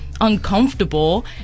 uncomfortable